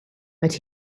but